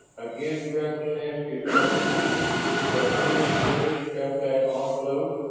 again travis asked his question had any of the others felt that odd blow?